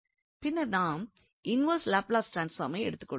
பின்னர் நாம் inverse Laplace ட்ரான்ஸ்பார்மை எடுத்துக் கொள்கின்றோம்